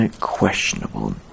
questionable